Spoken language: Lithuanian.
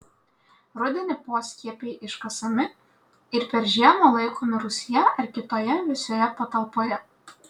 rudenį poskiepiai iškasami ir per žiemą laikomi rūsyje ar kitoje vėsioje patalpoje